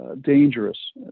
Dangerous